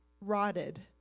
rotted